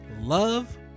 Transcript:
love